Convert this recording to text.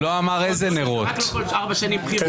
החג